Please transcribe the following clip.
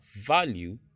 value